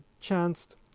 chanced